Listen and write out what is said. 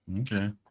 Okay